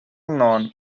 known